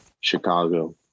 Chicago